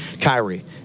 Kyrie